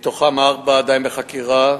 מהם ארבעה עדיין בחקירה,